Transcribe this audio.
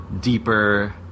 deeper